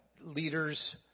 leaders